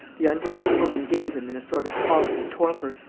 the unhappy woman gave them in a sort of awful torpor,